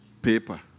paper